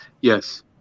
Yes